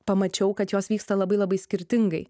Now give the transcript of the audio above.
pamačiau kad jos vyksta labai labai skirtingai